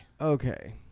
Okay